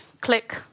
click